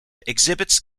exhibits